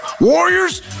Warriors